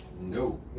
No